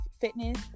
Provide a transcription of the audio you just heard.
fitness